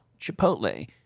Chipotle